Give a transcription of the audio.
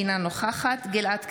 אינה נוכחת גלעד קריב,